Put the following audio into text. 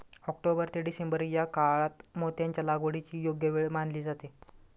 October ते December या काळात मोत्यांच्या लागवडीची योग्य वेळ मानली जाते